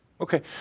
Okay